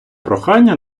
прохання